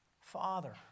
Father